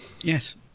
Yes